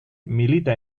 milita